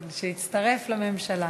כן, שיצטרף לממשלה.